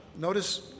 Notice